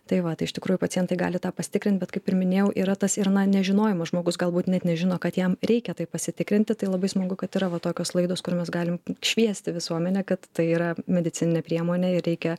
tai va tai iš tikrųjų pacientai gali tą pasitikrint bet kaip ir minėjau yra tas ir nežinojimo žmogus galbūt net nežino kad jam reikia tai pasitikrinti tai labai smagu kad yra va tokios laidos kur mes galim šviesti visuomenę kad tai yra medicininė priemonė ir reikia